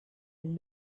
and